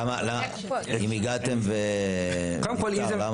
אם הגעתם והוא נפטר.